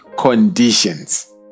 conditions